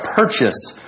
purchased